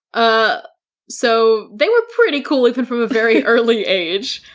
ah so they were pretty cool even from a very early age.